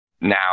now